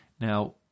Now